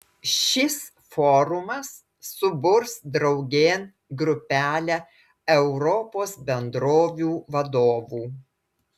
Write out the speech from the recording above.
šis forumas suburs draugėn grupelę europos bendrovių vadovų